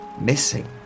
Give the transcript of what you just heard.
missing